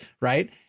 right